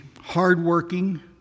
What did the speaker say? hardworking